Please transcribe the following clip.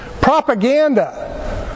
propaganda